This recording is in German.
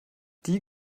die